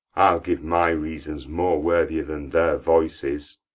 i'll give my reasons, more worthier than their voices.